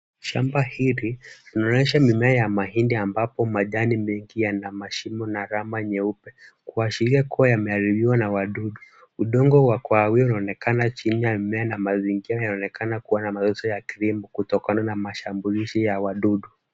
Shamba hili linaonyesha mimea ya mahindi ambapo majani mengi yana mashimo na alama nyeupe kuashiria kuwa yameharibiwa na wadudu, udongo wa kahawia unaonekana chini ya mimea na mazingira yanaonekana kuwa na maonyesho ya kilimo kutokana na mashambulizi ya wadudu.